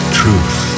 truth